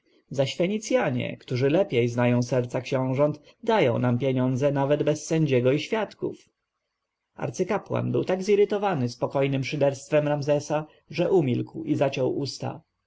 zaś fenicjanie którzy lepiej znają serca książąt dają nam pieniądze nawet bez sędziego i świadków arcykapłan był tak zirytowany spokojnem szyderstwem ramzesa że umilkł i zaciął usta